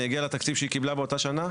אני אגיע לתקציב שהיא קיבלה באותה שנה?